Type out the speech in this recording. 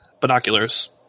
Binoculars